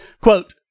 Quote